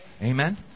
Amen